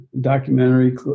documentary